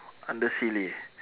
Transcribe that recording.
under silly